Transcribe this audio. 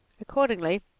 Accordingly